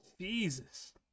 Jesus